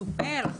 ומצופה מהם אז,